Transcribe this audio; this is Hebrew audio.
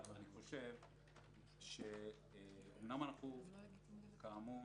אומנם כאמור